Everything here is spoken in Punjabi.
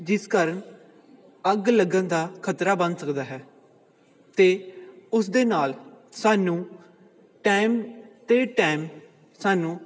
ਜਿਸ ਕਾਰਨ ਅੱਗ ਲੱਗਣ ਦਾ ਖਤਰਾ ਬਣ ਸਕਦਾ ਹੈ ਅਤੇ ਉਸਦੇ ਨਾਲ ਸਾਨੂੰ ਟਾਈਮ 'ਤੇ ਟਾਈਮ ਸਾਨੂੰ